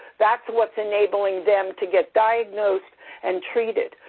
that's what's enabling them to get diagnosed and treated.